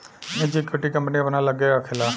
निजी equity, company अपना लग्गे राखेला